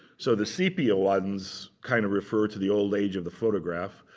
so the sepia ones kind of refer to the old age of the photograph.